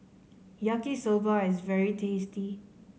Yaki Soba is very tasty